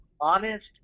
honest